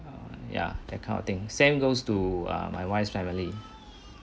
ya that kind of thing same goes to uh my wife's family